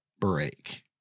break